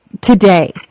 today